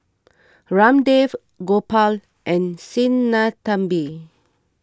Ramdev Gopal and Sinnathamby